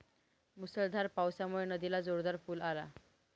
मुसळधार पावसामुळे नदीला जोरदार पूर आला